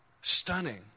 Stunning